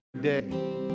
day